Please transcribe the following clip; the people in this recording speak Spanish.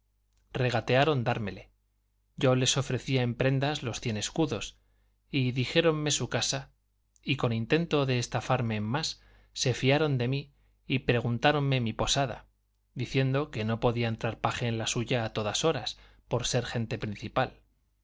regatearon dármele yo les ofrecía en prendas los cien escudos y dijéronme su casa y con intento de estafarme en más se fiaron de mí y preguntáronme mi posada diciendo que no podía entrar paje en la suya a todas horas por ser gente principal